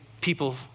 people